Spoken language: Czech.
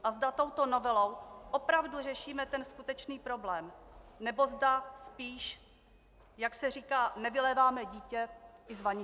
A zda touto novelou opravdu řešíme ten skutečný problém, nebo zda spíš, jak se říká, nevyléváme dítě i s vaničkou.